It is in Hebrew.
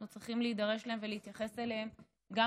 אנחנו צריכים להידרש להם ולהתייחס אליהם גם